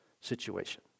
situation